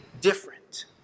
different